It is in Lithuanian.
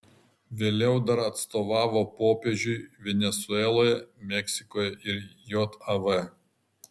vėliau dar atstovavo popiežiui venesueloje meksikoje ir jav